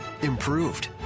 Improved